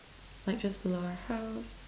like just below our house